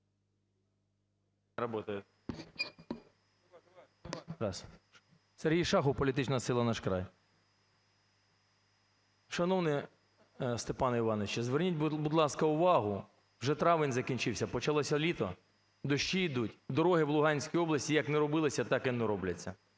С.В. Сергій Шахов, політична сила "Наш край". Шановний Степане Івановичу, зверніть, будь ласка, увагу, вже травень закінчився, почалося літо, дощі ідуть, дороги в Луганській області як не робилися, так і не робляться: